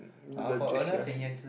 into the J_C_R_C